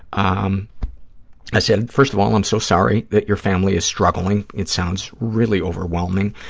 um i said, first of all, i'm so sorry that your family is struggling. it sounds really overwhelming.